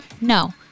No